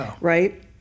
Right